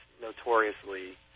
notoriously